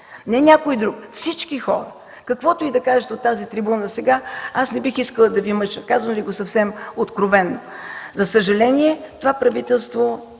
не някой друг – всички хора. Каквото и да кажете от тази трибуна сега, аз не бих искала да Ви мъча. Казвам Ви го съвсем откровено: за съжаление това правителство